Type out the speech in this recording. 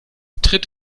tritt